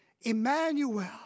Emmanuel